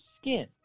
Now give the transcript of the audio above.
skin